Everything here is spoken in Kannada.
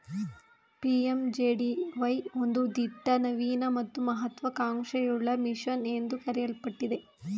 ಪಿ.ಎಂ.ಜೆ.ಡಿ.ವೈ ಒಂದು ದಿಟ್ಟ ನವೀನ ಮತ್ತು ಮಹತ್ವ ಕಾಂಕ್ಷೆಯುಳ್ಳ ಮಿಷನ್ ಎಂದು ಕರೆಯಲ್ಪಟ್ಟಿದೆ